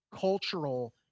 cultural